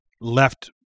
left